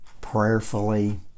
prayerfully